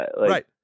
Right